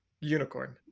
Unicorn